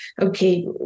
okay